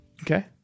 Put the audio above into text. Okay